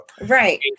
Right